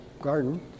garden